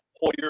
Hoyer